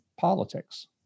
politics